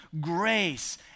grace